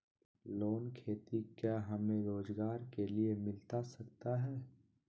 Loan खेती क्या हमें रोजगार के लिए मिलता सकता है?